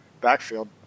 backfield